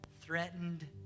threatened